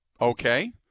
Okay